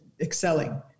excelling